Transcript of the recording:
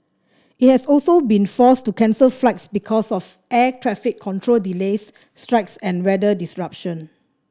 it has also been forced to cancel flights because of air traffic control delays strikes and weather disruption